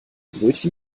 brötchen